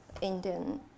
Indian